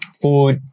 food